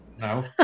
No